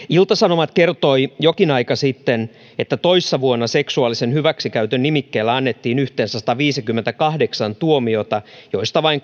ilta sanomat kertoi jokin aika sitten että toissa vuonna seksuaalisen hyväksikäytön nimikkeellä annettiin yhteensä sataviisikymmentäkahdeksan tuomiota joista vain